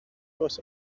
was